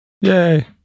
Yay